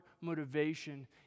motivation